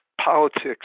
politics